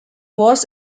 was